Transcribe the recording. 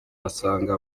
asanga